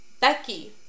Becky